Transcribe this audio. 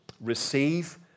Receive